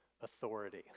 authority